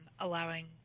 allowing